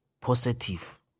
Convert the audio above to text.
positive